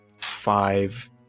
five